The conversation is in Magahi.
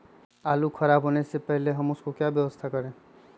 आलू खराब होने से पहले हम उसको क्या व्यवस्था करें?